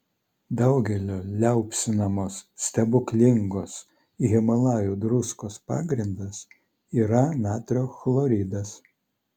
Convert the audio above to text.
daugelio liaupsinamos stebuklingos himalajų druskos pagrindas yra natrio chloridas